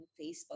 Facebook